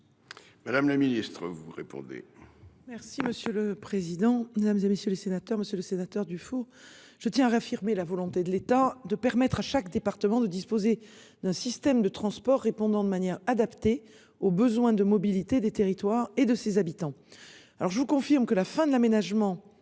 Madame le ministre, vous répondez.